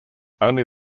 only